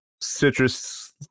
citrus